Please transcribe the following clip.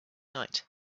night